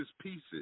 Pieces